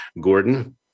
gordon